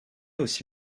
aussi